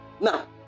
Now